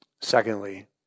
Secondly